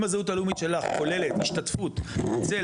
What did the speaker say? אם הזהות הלאומית שלך כוללת השתתפות אצל